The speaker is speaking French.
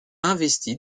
investi